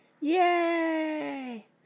Yay